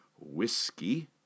whiskey